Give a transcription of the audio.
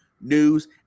news